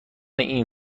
این